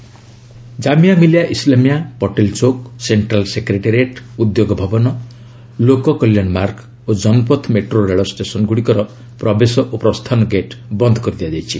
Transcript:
metro close Jamia Millia Islamia Patel Chowk central secretariat Udyog Bhawan Lok Kalyan Marg ଓ Janpath metro ରେଳଷ୍ଟେସନ୍ଗୁଡ଼ିକର ପ୍ରବେଶ ଓ ପ୍ରସ୍ଥାନ ଗେଟ୍ ବନ୍ଦ କରିଦିଆଯାଇଛି